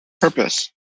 purpose